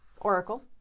Oracle